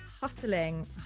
hustling